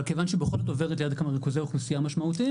אבל כיוון שבכל זאת היא עוברת ליד כמה ריכוזי אוכלוסייה משמעותיים,